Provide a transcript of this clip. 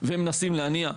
ומנסים להניע,